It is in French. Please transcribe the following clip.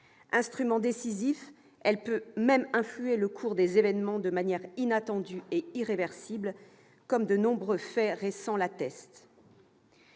Instrument décisif, elle peut même influer le cours des événements de manière inattendue et irréversible, comme de nombreux faits récents l'attestent.